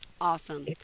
Awesome